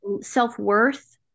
self-worth